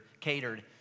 catered